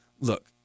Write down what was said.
look